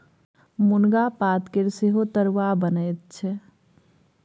मुनगा पातकेर सेहो तरुआ बनैत छै